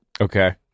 Okay